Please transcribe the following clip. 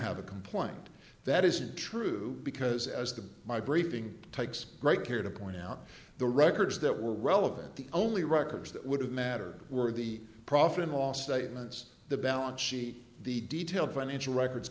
have a complaint that isn't true because as the my briefing takes great care to point out the records that were relevant the only records that would have mattered were the profit and loss statements the balance sheet the detailed financial records